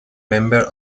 member